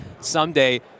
someday